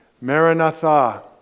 Maranatha